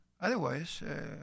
Otherwise